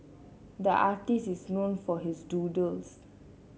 the artist is known for his doodles